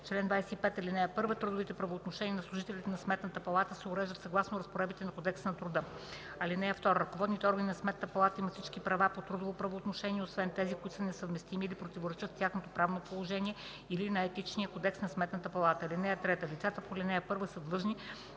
Чл. 25. (1) Трудовите правоотношения на служителите на Сметната палата се уреждат съгласно разпоредбите на Кодекса на труда. (2) Ръководните органи на Сметната палата имат всички права по трудово правоотношение, освен тези, които са несъвместими или противоречат с тяхното правно положение или на Етичния кодекс на Сметната палата. (3) Лицата по ал. 1 са длъжни